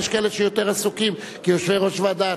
יש כאלה שהם יותר עסוקים כיושבי-ראש ועדה.